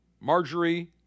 Marjorie